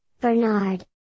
Bernard